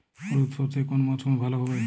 হলুদ সর্ষে কোন মরশুমে ভালো হবে?